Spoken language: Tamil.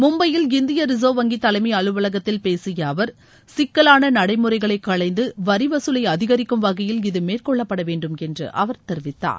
மும்பையில் இந்திய ரிசர்வ் வங்கி தலைமை அலுவலகத்தில் பேசிய அவர் சிக்கலான நடைமுறைகளை களைந்து வரி வசூலை அதிகரிக்கும் வகையில் இது மேற்கொள்ளப்பட வேண்டும் என்று அவர தெரிவித்தார்